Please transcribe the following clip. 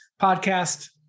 podcast